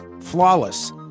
Flawless